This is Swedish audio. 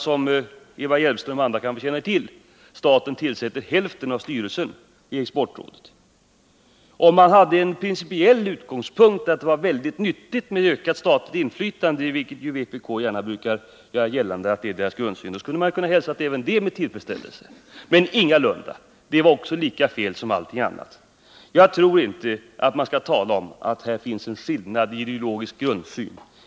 Som Eva Hjelmström kanske känner till tillsätter staten bl.a. hälften av styrelsen i Exportrådet. Om man hade som principiell utgångspunkt att det är väldigt nyttigt med ökat statligt inflytande — och vpk brukar ju gärna göra gällande att det är dess grundsyn — skulle man ha kunnat hälsa även detta med tillfredsställelse. Men ingalunda. Det var lika fel som allting annat. Jag tror inte att man, som Eva Nr 50 Hjelmström gjorde, skall tala om att här finns:en skillnad i ideologisk grundsyn.